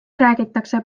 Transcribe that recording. räägitakse